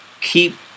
keep